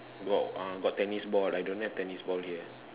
got uh got tennis ball I don't have tennis ball here